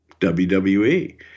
WWE